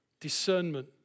Discernment